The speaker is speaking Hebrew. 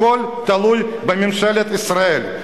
הכול תלוי בממשלת ישראל.